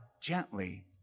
gently